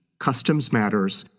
customs matters,